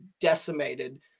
decimated